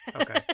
Okay